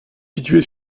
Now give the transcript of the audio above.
située